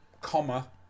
comma